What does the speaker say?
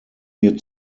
mir